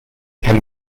can